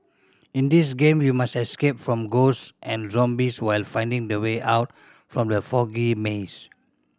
in this game you must escape from ghost and zombies while finding the way out from the foggy maze